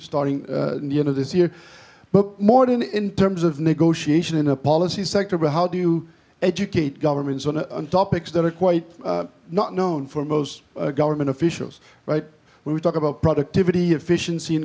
starting the end of this year but more than in terms of negotiation in a policy sector but how do you educate governments on topics that are quite not known for most government officials right when we talk about productivity